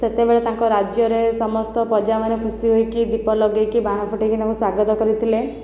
ସେତେବେଳେ ତାଙ୍କ ରାଜ୍ୟରେ ସମସ୍ତ ପ୍ରଜାମାନେ ଖୁସି ହୋଇକି ଦୀପ ଲଗାଇକି ବାଣ ଫୁଟାଇକି ତାଙ୍କୁ ସ୍ଵାଗତ କରିଥିଲେ